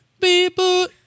people